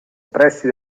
pressi